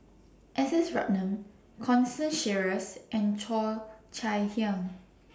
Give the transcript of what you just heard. S S Ratnam Constance Sheares and Cheo Chai Hiang